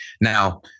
Now